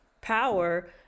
power